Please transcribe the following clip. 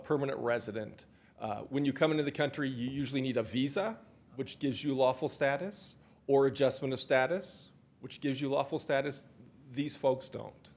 permanent resident when you come into the country you usually need a visa which gives you lawful status or adjustment of status which gives you lawful status these folks don't